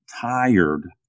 tired